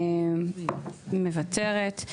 מוותרת.